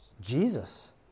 Jesus